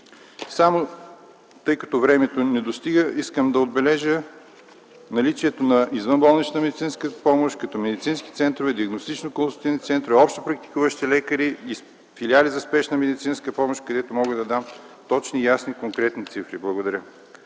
Тъй като времето не достига, искам да отбележа наличието на извънболнична медицинска помощ като: медицински центрове, диагностично-консултативни центрове, общопрактикуващи лекари и филиали за спешна медицинска помощ, за тях мога да дам точни, ясни и конкретни цифри. Благодаря